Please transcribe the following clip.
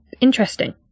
Interesting